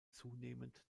zunehmend